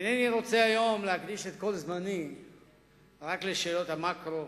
אינני רוצה היום להקדיש את כל זמני רק לשאלות המקרו,